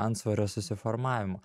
antsvorio susiformavimo